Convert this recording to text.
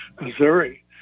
Missouri